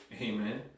Amen